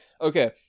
Okay